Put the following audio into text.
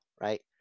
right